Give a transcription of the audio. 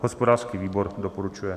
Hospodářský výbor doporučuje.